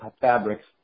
fabrics